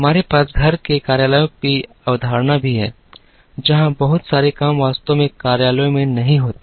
हमारे पास घर के कार्यालयों की अवधारणा भी है जहां बहुत सारे काम वास्तव में कार्यालयों में नहीं होते हैं